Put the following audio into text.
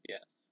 Yes